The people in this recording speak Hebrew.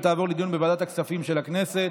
ותעבור לדיון בוועדת הכספים של הכנסת.